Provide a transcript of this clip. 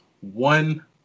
one